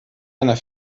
einer